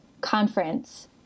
conference